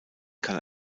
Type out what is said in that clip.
kann